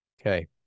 Okay